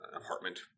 apartment